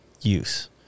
use